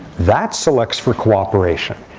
that selects for cooperation.